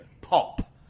Pop